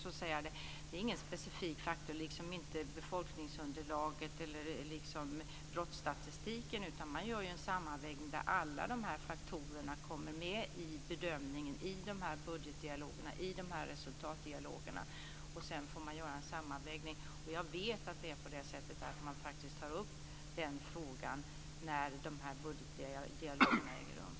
Det är ingen specifik faktor som befolkningsunderlaget eller brottsstatistiken, utan man gör en sammanvägning av alla dessa faktorer i resultatdialogerna. Sedan får man göra en sammanvägning. Det är faktiskt så att man tar upp den här frågan när budgetdialogerna äger rum.